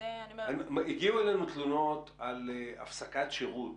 הגיעו אלינו תלונות על הפסקת שירות,